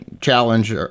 challenge